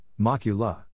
macula